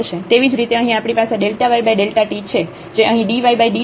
તેવી જ રીતે અહીં આપણી પાસે ΔyΔt છે જે અહીં dydt અને આ ટર્મ બનશે